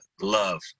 love